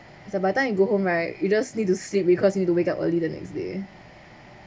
it's about time you go home right you just need to sleep because need to wake up early the next day